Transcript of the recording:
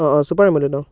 অ' অ' ছুপাৰ এমুলে'ড অ'